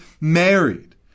married